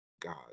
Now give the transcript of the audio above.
God